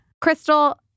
Crystal